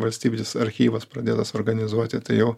valstybinis archyvas pradėtas organizuoti tai jau